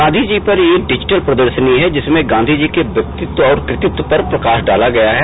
गांधी जी पर एक डिजिटल प्रदर्शनी है जिसमें गांधी के व्यक्तित्व और कृतित्व पर प्रकाश डाला गया है